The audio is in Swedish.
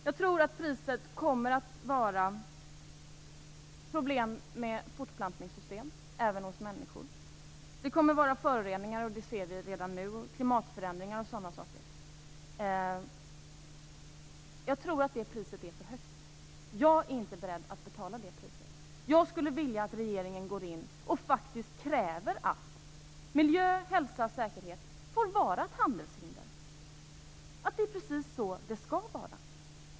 Jag tror att priset kommer att vara problem med fortplantningssystem - även hos människor. Det kommer att vara föroreningar, det set ser vi redan nu, och klimatförändringar och sådana saker. Jag tror att det priset är för högt. Jag är inte beredd att betala det priset. Jag vill att regeringen går in och faktiskt kräver att miljö, hälsa och säkerhet får vara handelshinder, att det är precis så det skall vara.